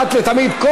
אחת ולתמיד.